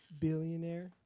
Billionaire